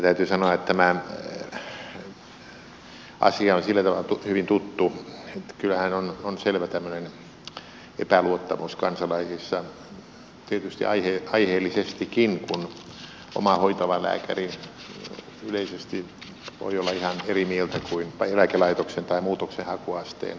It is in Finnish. täytyy sanoa että tämä asia on sillä tavalla hyvin tuttu että kyllähän on selvä tämmöinen epäluottamus kansalaisissa tietysti aiheellisestikin kun oma hoitava lääkäri yleisesti voi olla ihan eri mieltä kuin eläkelaitoksen tai muutoksenhakuasteen asiantuntijalääkäri